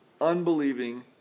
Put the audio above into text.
unbelieving